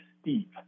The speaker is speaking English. steep